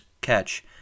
catch